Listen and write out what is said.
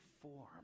form